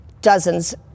dozens